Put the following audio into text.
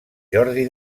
jordi